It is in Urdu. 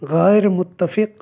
غیر متفق